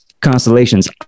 constellations